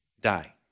die